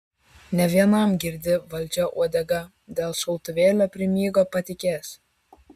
ne vienam girdi valdžia uodegą dėl šautuvėlio primygo patikės